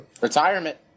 Retirement